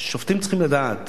שופטים צריכים לדעת